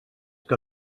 que